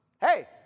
Hey